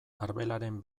arbelaren